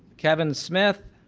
kevin smyth